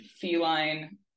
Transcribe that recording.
feline